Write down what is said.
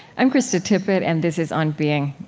i'm krista tippett, and this is on being.